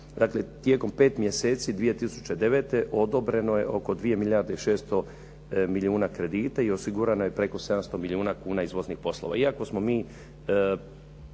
Dakle, tijekom 5 mjeseci 2009. odobreno je oko 2 milijarde i 600 milijuna kredita i osigurano je preko 700 milijuna kuna izvoznih poslova.